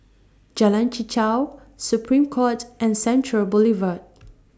Jalan Chichau Supreme Court and Central Boulevard